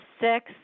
six